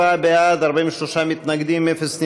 34 בעד, 43 מתנגדים, אפס נמנעים.